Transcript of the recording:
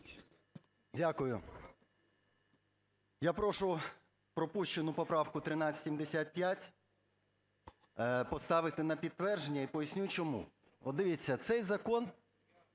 Дякую. Я прошу пропущену поправку 1375 поставити на підтвердження і поясню чому.